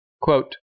quote